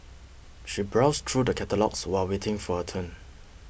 she browsed through the catalogues while waiting for her turn